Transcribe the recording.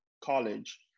college